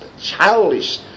childish